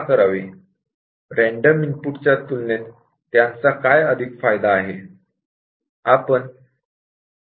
random input च्या तुलनेत त्यांचा काय अधिक फायदा आहे